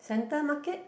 center market